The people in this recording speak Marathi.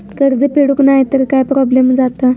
कर्ज फेडूक नाय तर काय प्रोब्लेम जाता?